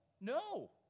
No